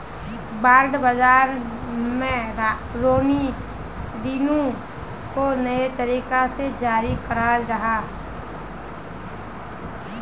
bond बाज़ार में रीनो को नए तरीका से जारी कराल जाहा